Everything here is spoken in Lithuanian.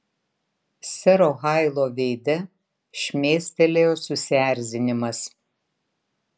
sero hailo veide šmėstelėjo susierzinimas